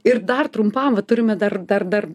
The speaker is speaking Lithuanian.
ir dar trumpam va turime dar dar dar